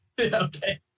Okay